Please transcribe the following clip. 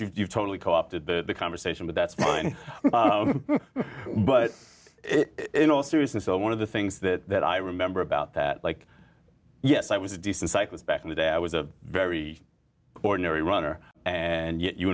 f you've totally co opted the conversation but that's fine but in all seriousness one of the things that i remember about that like yes i was a decent cyclist back in the day i was a very ordinary runner and yet you